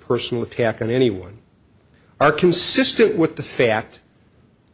personal attack on anyone are consistent with the fact